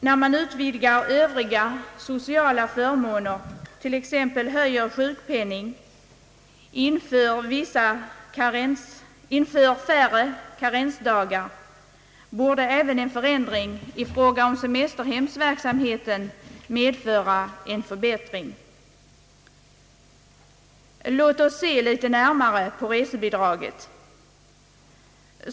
När man utvidgar Övriga sociala förmåner, t.ex. höjer sjukpenningen och inför färre karensdagar, borde även en förändring i fråga om semesterhemsverksamheten medföra en förbättring. Låt oss se litet närmare på resebidraget.